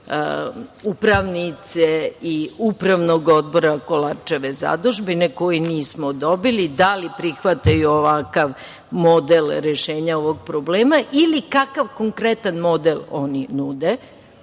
upravnice i Upravnog odbora Kolarčeve zadužbine koji nismo dobili, da li prihvataju ovakav model rešenja ovog problema ili kakav konkretan model oni nude.